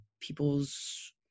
people's